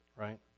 right